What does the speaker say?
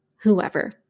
whoever